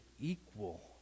equal